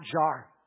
jar